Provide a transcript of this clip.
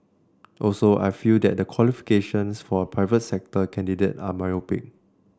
also I feel that the qualifications for a private sector candidate are myopic